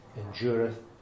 endureth